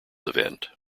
event